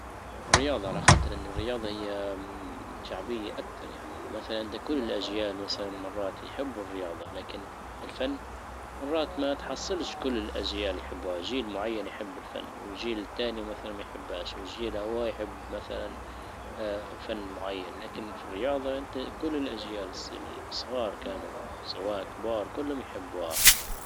رياضة على خاطر ان الرياضة هي شعبية اكتر يعني مثلا لكل الاجيال مثلا مرات يحبوا الرياضة. لكن الفن مرات ما تحصلش كل الاجيال يحبوها. جيل معين يحب الفن وجيل تاني مثلا ما يحبهاش وجيل هو يحب مثلا فن معين. لكن فى الرياضة انت كل الاجيال الصـ- الصغار كانوا سواء كبار كلهم يحبوها.